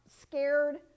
scared